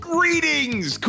Greetings